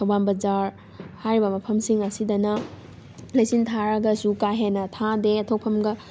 ꯊꯧꯕꯥꯜ ꯕꯖꯥꯔ ꯍꯥꯏꯔꯤꯕ ꯃꯐꯝꯁꯤꯡ ꯑꯁꯤꯗꯅ ꯂꯩꯆꯤꯜ ꯊꯥꯔꯒꯁꯨ ꯀꯥ ꯍꯦꯟꯅ ꯊꯥꯗꯦ ꯑꯊꯣꯛꯐꯝꯒ